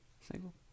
Single